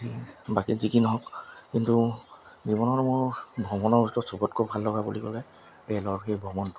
বাকী যিকি নহওক কিন্তু জীৱনত মোৰ ভ্ৰমণৰ ভিতৰত চবতকৈ ভাললগা বুলি ক'লে ৰে'লৰ সেই ভ্ৰমণটো